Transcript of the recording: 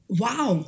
wow